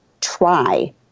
try